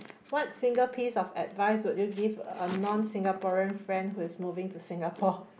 what single piece of advice what you give unknown Singaporean friend whose moving to Singapore